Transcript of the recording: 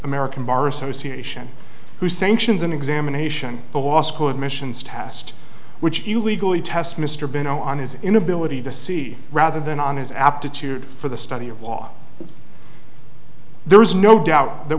american bar association hussein sions an examination the law school admissions test which you legally test mr benaud on his inability to see rather than on his aptitude for the study of law there is no doubt that